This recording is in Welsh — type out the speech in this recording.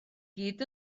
gyd